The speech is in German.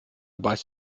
beißt